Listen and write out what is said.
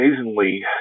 amazingly